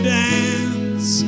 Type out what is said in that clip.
dance